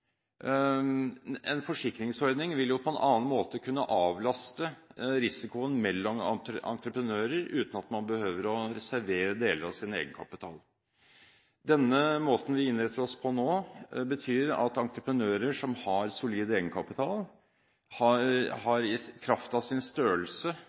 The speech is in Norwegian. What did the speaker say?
En forsikringsordning ville på en annen måte kunne avlaste risikoen mellom entreprenører, uten at man behøver å reservere deler av sin egenkapital. Den måten vi innretter oss på nå, betyr at entreprenører som har solid egenkapital,